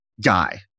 Guy